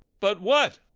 but what?